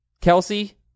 Kelsey